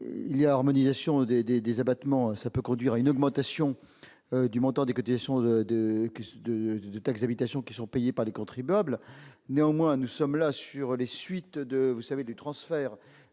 car l'harmonisation des abattements peut conduire à une augmentation du montant des cotisations de taxe d'habitation payées par les contribuables. Néanmoins, s'agissant des suites du transfert